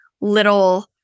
little